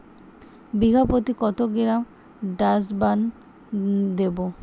বিঘাপ্রতি কত গ্রাম ডাসবার্ন দেবো?